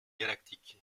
galactique